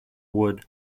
wood